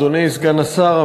אדוני סגן השר,